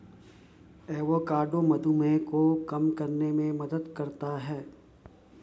avocado मधुमेह को कम करने में मदद करता है